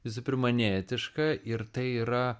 visų pirma neetiška ir tai yra